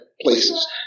places